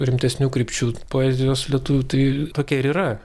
rimtesnių krypčių poezijos lietuvių tai tokia ir yra